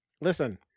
listen